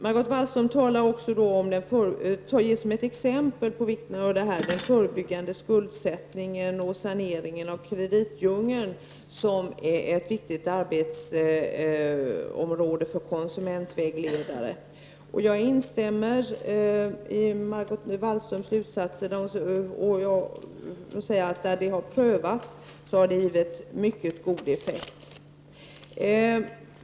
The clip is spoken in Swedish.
Margot Wallström ger som ett exempel på vikten av detta den information som ges för att förebygga skuldsättning och en sanering av kreditdjungeln, vilket är ett viktigt arbetsområde för konsumentvägledare. Jag instämmer i Margot Wallströms slutsatser. Där en sådan information har prövats har det givit en mycket god effekt.